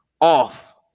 off